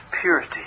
purity